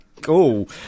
cool